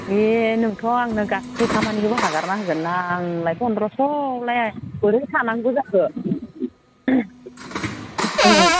हे नोंथ' आंनो गासै खामानिखोबो हगारना होगोनना आंलाय फन्द्रस'ल' बोरै थानांगो जाखो